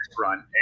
run